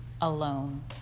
alone